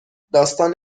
داستان